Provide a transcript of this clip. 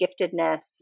giftedness